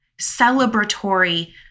celebratory